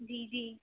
ਜੀ ਜੀ